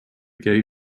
gave